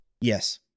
Yes